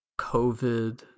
COVID